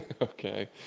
Okay